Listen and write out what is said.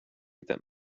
that